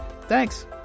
Thanks